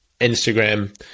Instagram